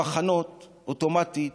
המחנות אוטומטית